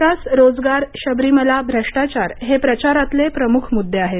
विकास रोजगार शबरीमला भ्रष्टाचार हे प्रचारातले प्रमुख मुद्दे आहेत